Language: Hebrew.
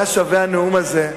היה שווה הנאום הזה,